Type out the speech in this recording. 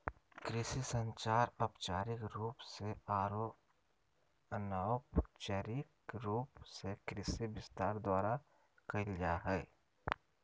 कृषि संचार औपचारिक रूप से आरो अनौपचारिक रूप से कृषि विस्तार द्वारा कयल जा हइ